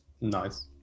Nice